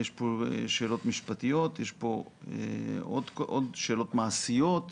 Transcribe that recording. יש כאן שאלות משפטיות, יש כאן עוד שאלות מעשיות.